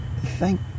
thank